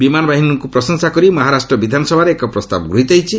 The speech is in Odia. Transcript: ବିମାନ ବାହିନୀକୁ ପ୍ରଶଂସା କରି ମହାରାଷ୍ଟ୍ର ବିଧାନସଭାରେ ଏକ ପ୍ରସ୍ତାବ ଗୃହୀତ ହୋଇଛି